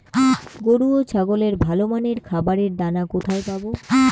গরু ও ছাগলের ভালো মানের খাবারের দানা কোথায় পাবো?